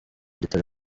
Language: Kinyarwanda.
gitabo